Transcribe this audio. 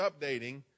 updating